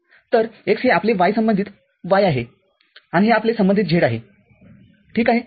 तर x हे आपले y संबंधित y आहे आणि हे आपले संबंधित z आहे ठीक आहे